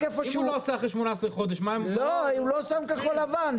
הוא לא שם כחול לבן.